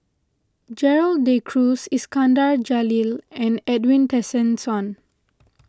Gerald De Cruz Iskandar Jalil and Edwin Tessensohn